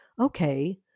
okay